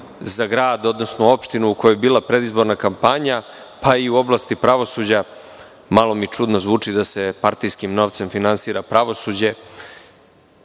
za grad, odnosno opštinu u kojoj je bila predizborna kampanja, pa i u oblasti pravosuđa, malo mi čudno zvuči da se partijskim novcem finansira pravosuđe